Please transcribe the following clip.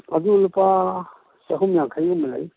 ꯑꯗꯨ ꯂꯨꯄꯥ ꯆꯍꯨꯝ ꯌꯥꯡꯈꯩꯒꯨꯝꯕ ꯂꯩ